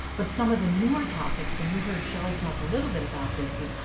but some of the newer topics and you heard shelley talk a little bit about this is,